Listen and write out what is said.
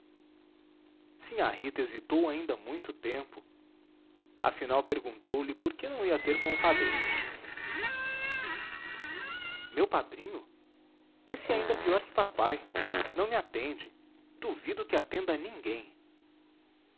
morte sinhá rita hesitou ainda muito tempo afinal perguntou-lhe por que não ia ter com o padrinho meu padrinho esse é ainda pior que papai não me atende duvido que atenda a ninguém